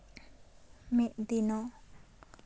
ᱢᱤᱫ ᱫᱤᱱᱚᱜ